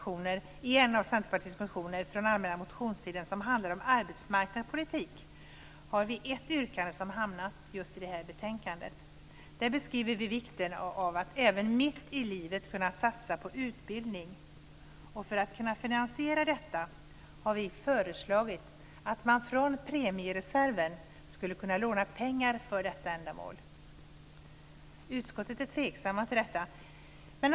I en av Centerpartiets motioner från allmänna motionstiden som handlar om arbetsmarknadspolitik har vi ett yrkande som hamnat just i det här betänkandet. Där beskriver vi vikten av att även mitt i livet kunna satsa på utbildning. För att kunna finansiera detta har vi föreslagit att man från premiereserven skulle kunna låna pengar för detta ändamål. Utskottet är tveksamt till detta.